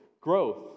Growth